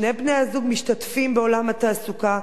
שני בני-הזוג משתתפים בעולם התעסוקה,